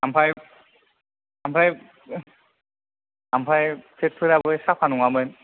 ओमफ्राइ ओमफ्राइ ओमफ्राइ प्लेटफोराबो साफा नङामोन